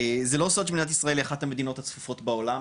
זה לא סוד שמדינת ישראל היא אחת המדינות הצפופות בעולם